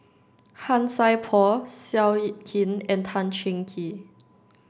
Han Sai Por Seow Yit Kin and Tan Cheng Kee